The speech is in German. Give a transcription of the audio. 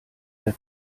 der